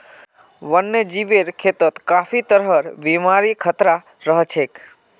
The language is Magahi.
वन्यजीवेर खेतत काफी तरहर बीमारिर खतरा रह छेक